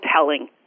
telling